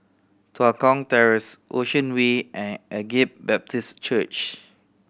Tua Kong Terrace Ocean Way and Agape Baptist Church